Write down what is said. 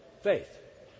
faith